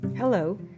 Hello